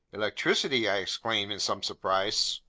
electricity! i exclaimed in some surprise.